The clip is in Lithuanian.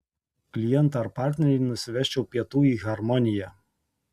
klientą ar partnerį nusivesčiau pietų į harmoniją